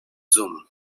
zoom